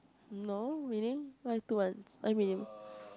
no really why two months why you mean